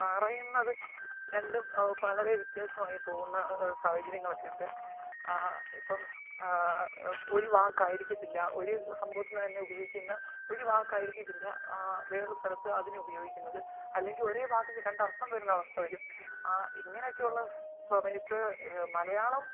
പറയുന്നതു രണ്ടും വളരെ വ്യത്യാസമായി പോകുന്ന സാഹചര്യങ്ങളൊക്കെയുണ്ട് ഇപ്പം ഒരു വാക്കായിരിക്കത്തില്ല ഒരു സംഭവത്തിനു തന്നെ ഉപയോഗിക്കുന്നേ ഒരു വാക്കായിരിക്കത്തില്ല വേറൊരു സ്ഥലത്ത് അതിനുപയോഗിക്കുന്നത് അല്ലെങ്കിൽ ഒരേ വാക്കിനു രണ്ടർത്ഥം വരുന്നവസ്ഥ വരും ഇങ്ങനെയൊക്കെയുള്ള സമയത്ത് മലയാളം